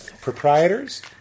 proprietors